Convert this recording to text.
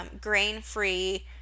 grain-free